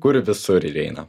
kur visur ir eina